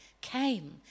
came